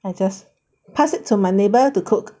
I just pass it to my neighbour to cook